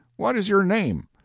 what is your name?